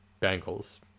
Bengals